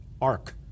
Arc